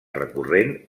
recurrent